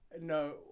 No